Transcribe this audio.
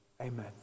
amen